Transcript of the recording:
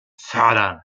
fördern